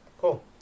cool